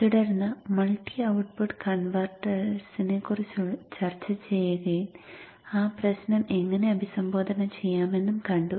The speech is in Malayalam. തുടർന്ന് മൾട്ടി ഔട്ട്പുട്ട് കൺവെർട്ടേഴ്സിനെക്കുറിച്ചു ചർച്ച ചെയ്യുകയും ആ പ്രശ്നം എങ്ങനെ അഭിസംബോധന ചെയ്യാമെന്നും കണ്ടു